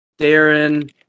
Darren